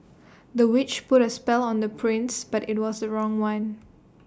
the witch put A spell on the prince but IT was the wrong one